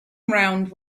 around